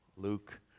Luke